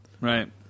Right